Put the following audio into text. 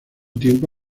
tiempo